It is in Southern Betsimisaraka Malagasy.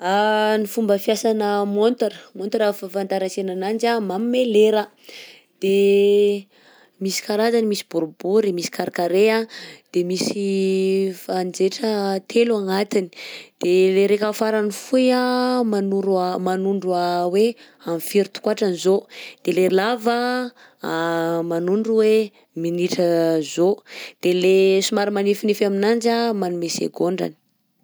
Ny fomba fiasana montre, montre fafantarantsena ananjy a magnome lera, de misy karazany misy boribory, misy carré carré, de misy fanjetra telo agnatiny, de le reka farany fohy manoro a- manondro hoe amin'ny firy tokoatrany zao, de le lava a manondro hoe minitra zao, de le somary manifinify aminanjy magnome segondrany.